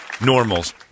normals